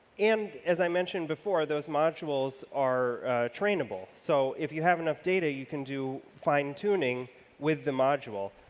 and as i mentioned before, those modules are trainable, so if you have enough data, you can do fine-tuning with the module.